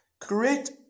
create